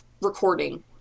recording